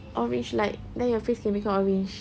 orange light then your face can become orange